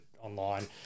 online